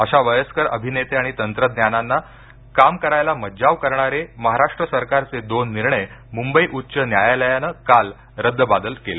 अशा वयस्कर अभिनेते आणि तंत्रज्ञांना काम करायला मज्जाव करणारे महाराष्ट्र सरकारचे दोन निर्णय मुंबई उच्च न्यायालयानं काल रद्दबादल केले